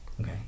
Okay